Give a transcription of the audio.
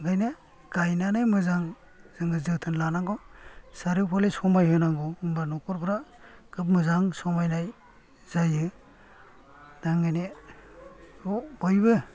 ओंखायनो गायनानै मोजां जोङो जोथोन लानांगौ सारौ फाले समाय होनांगौ होनब्ला नखरफ्रा खोब मोजां समायनाय जायो दा ओंखायनो बेखौ बयबो